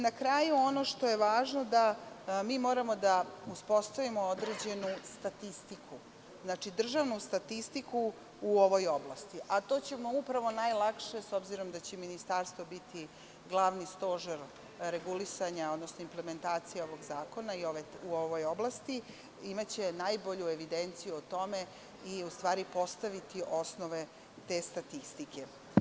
Na kraju ono što je važno, mi moramo da uspostavimo određenu statistiku, znači, državnu statistiku u ovoj oblasti, a to ćemo upravo najlakše, s obzirom da će Ministarstvo biti glavni stožer regulisanja, odnosno implementacije ovog zakona u ovoj oblasti, imaće najbolju evidenciju o tome i u stvari postaviti osnove te statistike.